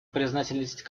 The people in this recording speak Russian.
признательность